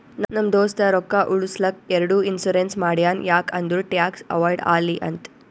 ನಮ್ ದೋಸ್ತ ರೊಕ್ಕಾ ಉಳುಸ್ಲಕ್ ಎರಡು ಇನ್ಸೂರೆನ್ಸ್ ಮಾಡ್ಸ್ಯಾನ್ ಯಾಕ್ ಅಂದುರ್ ಟ್ಯಾಕ್ಸ್ ಅವೈಡ್ ಆಲಿ ಅಂತ್